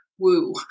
Woo